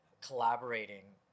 collaborating